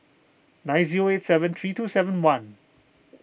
nine zero eight seven three two seven one